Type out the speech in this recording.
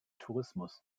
tourismus